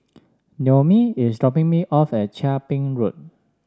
Noemi is dropping me off at Chia Ping Road